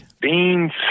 Beans